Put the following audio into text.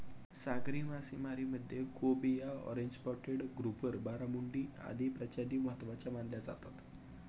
सागरी मासेमारीमध्ये cobia, orange spotted grouper, barramundi आदी प्रजाती महत्त्वाच्या मानल्या जातात